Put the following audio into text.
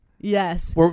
Yes